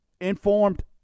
informed